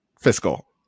Fiscal